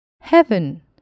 Heaven